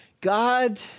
God